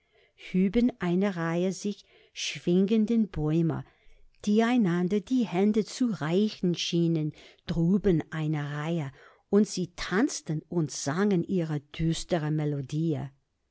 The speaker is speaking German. hüben eine reihe sich schwingender bäume die einander die hände zu reichen schienen drüben eine reihe und sie tanzten und sangen ihre düstere melodie